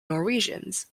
norwegians